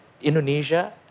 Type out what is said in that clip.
Indonesia